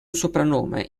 soprannome